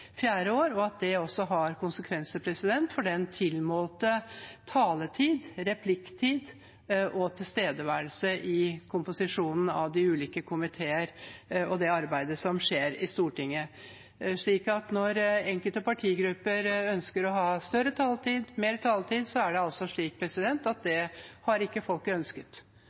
fjerde år, og at det har konsekvenser for den tilmålte taletid, replikktid og tilstedeværelse i komposisjonen av de ulike komiteer og det arbeidet som skjer i Stortinget. Når enkelte partigrupper ønsker å ha mer taletid, er det altså slik at folket ikke har ønsket det.